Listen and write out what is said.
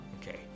Okay